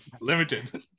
limited